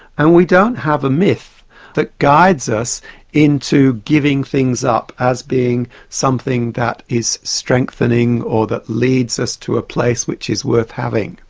and we don't have a myth that guides us into giving things up as being something that is strengthening or that leads us to a place which is worth having.